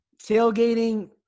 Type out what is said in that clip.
tailgating